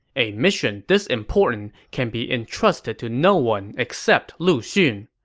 a mission this important can be entrusted to no one except lu xun.